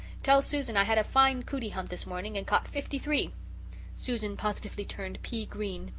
tell susan i had a fine cootie hunt this morning and caught fifty-three susan positively turned pea-green.